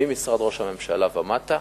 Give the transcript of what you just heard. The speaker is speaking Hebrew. ממשרד ראש הממשלה ומטה,